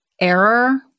error